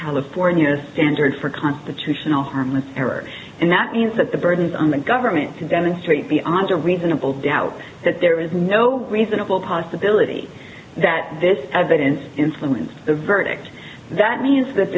california standard for constitutional harmless error and that means that the burden is on the government to demonstrate beyond a reasonable doubt that there is no reasonable possibility that this evidence influenced the verdict that means that